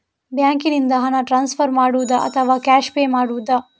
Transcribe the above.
ಬ್ಯಾಂಕಿನಿಂದ ಹಣ ಟ್ರಾನ್ಸ್ಫರ್ ಮಾಡುವುದ ಅಥವಾ ಕ್ಯಾಶ್ ಪೇ ಮಾಡುವುದು?